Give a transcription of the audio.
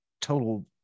total